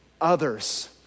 others